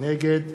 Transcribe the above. נגד